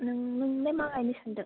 नों नोंलाय मा गायनो सानदों